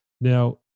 Now